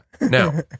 Now